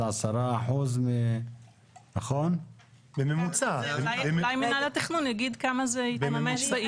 10%. אולי מינהל התכנון יגיד כמה זה התממש.